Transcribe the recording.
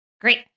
Great